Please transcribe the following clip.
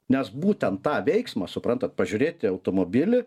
nes būtent tą veiksmą suprantat pažiūrėti automobilį